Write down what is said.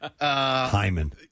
Hyman